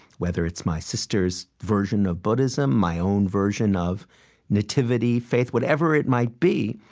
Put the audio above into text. whether it's my sister's version of buddhism, my own version of nativity faith whatever it might be,